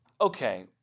okay